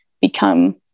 become